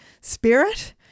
spirit